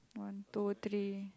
one two three